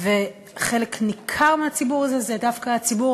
וחלק ניכר מהציבור הזה זה דווקא הציבור